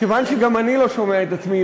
כיוון שגם אני לא שומע את עצמי,